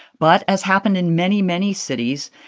but as happened in many, many cities,